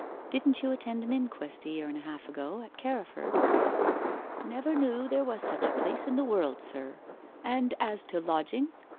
didn't you attend an inquest a year and a half ago, at carriford never knew there was such a place in the world, sir and as to lodgings,